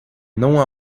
não